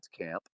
camp